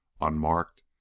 unmarked